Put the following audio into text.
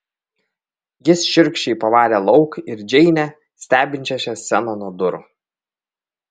jis šiurkščiai pavarė lauk ir džeinę stebinčią šią sceną nuo durų